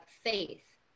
faith